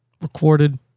recorded